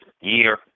year